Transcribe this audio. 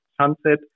sunset